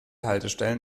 haltestellen